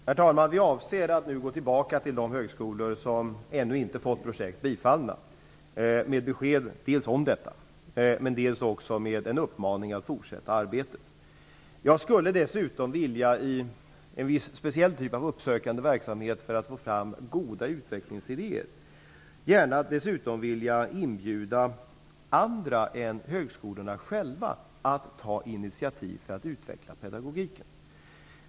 Herr talman! Vi avser nu att gå tillbaka till de högskolor som ännu inte fått projekt bifallna dels med besked om detta, dels med en uppmaning att fortsätta arbetet. Jag skulle dessutom vilja ha en viss speciell typ av uppsökande verksamhet för att få fram goda utvecklingsidéer. Dessutom skulle jag gärna vilja inbjuda andra än högskolorna själva att ta initiativ för att utveckla pedagogiken.